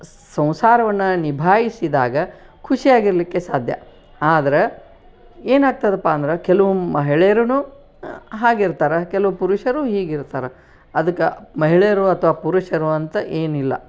ಸಂಸಾರವನ್ನು ನಿಭಾಯಿಸಿದಾಗ ಖುಷಿಯಾಗಿರಲಿಕ್ಕೆ ಸಾಧ್ಯ ಆದ್ರೆ ಏನಾಗ್ತದಪ್ಪ ಅಂದ್ರೆ ಕೆಲವು ಮಹಿಳೆಯರುನೂ ಹಾಗಿರ್ತಾರೆ ಕೆಲವು ಪುರುಷರೂ ಹೀಗಿರ್ತಾರೆ ಅದಕ್ಕೆ ಮಹಿಳೆಯರು ಅಥವಾ ಪುರುಷರು ಅಂತ ಏನಿಲ್ಲ